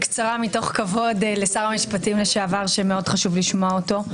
אני אדבר בקצרה מתוך כבוד לשר המשפטים לשעבר שחשוב מאוד לשמוע אותו.